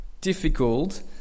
difficult